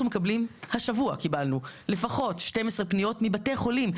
השבוע קיבלנו לפחות 12 פניות מבתי חולים.